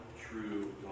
true